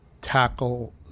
tackle